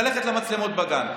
ללכת למצלמות בגן.